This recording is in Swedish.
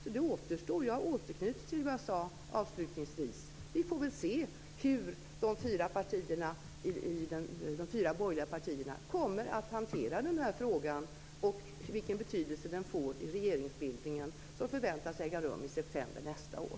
Jag återknyter avslutningsvis till vad jag sade förut: Vi får väl se hur de fyra borgerliga partierna kommer att hantera den här frågan och vilken betydelse den får i den regeringsbildning som förväntas äga rum i september nästa år.